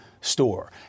store